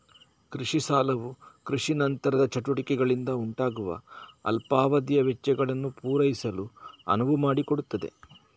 ಕೃಷಿ ಸಾಲವು ಕೃಷಿ ನಂತರದ ಚಟುವಟಿಕೆಗಳಿಂದ ಉಂಟಾಗುವ ಅಲ್ಪಾವಧಿಯ ವೆಚ್ಚಗಳನ್ನು ಪೂರೈಸಲು ಅನುವು ಮಾಡಿಕೊಡುತ್ತದೆ